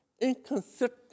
inconsistent